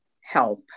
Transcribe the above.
help